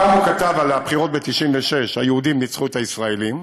פעם הוא כתב על הבחירות ב-1996: "היהודים ניצחו את הישראלים"